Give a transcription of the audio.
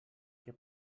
què